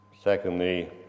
Secondly